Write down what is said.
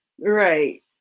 right